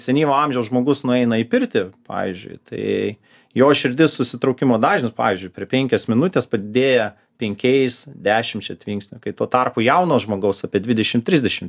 senyvo amžiaus žmogus nueina į pirtį pavyzdžiui tai jo širdis susitraukimo dažnis pavyzdžiui per penkias minutes padidėja penkiais dešimčia tvinksnių kai tuo tarpu jauno žmogaus apie dvidešim trisdešim